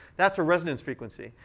that's a resonance frequency.